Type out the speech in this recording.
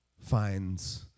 finds